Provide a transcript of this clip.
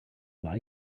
lie